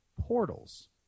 portals